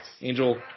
Angel